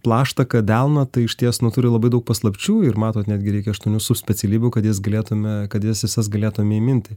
plaštaką delną tai išties nu turi labai daug paslapčių ir matot netgi reikia aštuonių sub specialybių kad jas galėtume kad jas visas galėtume įminti